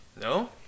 No